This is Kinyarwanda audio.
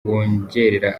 wongerera